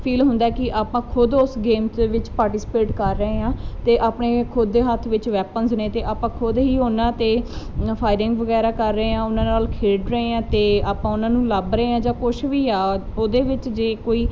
feel ਹੁੰਦਾ ਕਿ ਆਪਾਂ ਖੁਦ ਉਸ ਗੇਮ 'ਚ ਵਿੱਚ ਪਾਰਟੀਸਪੇਟ ਕਰ ਰਹੇ ਹਾਂ ਅਤੇ ਆਪਣੇ ਖੁਦ ਦੇ ਹੱਥ ਵਿੱਚ ਵੈਪਨਸ ਨੇ ਅਤੇ ਆਪਾਂ ਖੁਦ ਹੀ ਉਹਨਾਂ 'ਤੇ ਅ ਫਾਇਰਿੰਗ ਵਗੈਰਾ ਕਰ ਰਹੇ ਹਾਂ ਉਹਨਾਂ ਨਾਲ ਖੇਡ ਰਹੇ ਹਾਂ ਅਤੇ ਆਪਾਂ ਉਹਨਾਂ ਨੂੰ ਲੱਭ ਰਹੇ ਹਾਂ ਜਾਂ ਕੁਛ ਵੀ ਉਹਦੇ ਵਿੱਚ ਜੇ ਕੋਈ